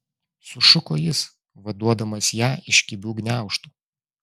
sušuko jis vaduodamas ją iš kibių gniaužtų